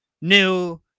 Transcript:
new